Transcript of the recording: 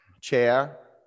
chair